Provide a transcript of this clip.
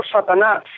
Satanás